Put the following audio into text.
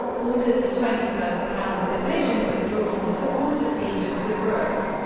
ordered the twenty first panzer division withdrawn to support the siege of tobruk.